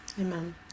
amen